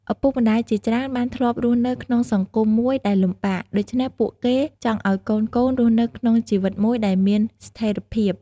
ឪពុកម្ដាយជាច្រើនបានធ្លាប់រស់នៅក្នុងសម័យមួយដែលលំបាក ដូច្នេះពួកគេចង់ឱ្យកូនៗរស់នៅក្នុងជីវិតមួយដែលមានស្ថេរភាព។